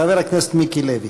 חבר הכנסת מיקי לוי.